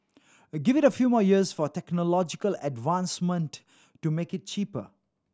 give it a few more years for technological advancement to make it cheaper